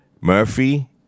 Murphy